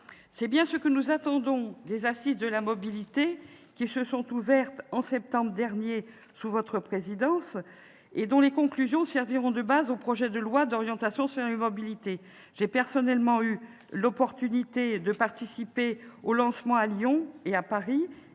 C'est bien ce que nous attendons des assises de la mobilité qui se sont ouvertes en septembre dernier, sous votre présidence, madame la ministre, et dont les conclusions serviront de base au projet de loi d'orientation sur les mobilités. J'ai eu personnellement l'occasion de participer au lancement de ces